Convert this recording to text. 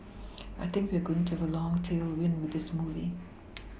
we think we are going to have a long tailwind with this movie